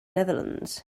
netherlands